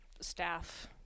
staff